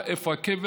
איפה הקבר?